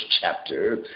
chapter